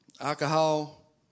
alcohol